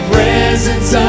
presence